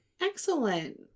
Excellent